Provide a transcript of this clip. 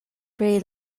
pri